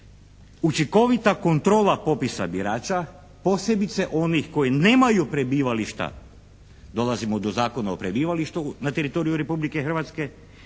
učinkovita kontrola popisa birača posebice onih koji nemaju prebivališta, dolazimo do Zakona o prebivalištu, na teritoriju Republike Hrvatske.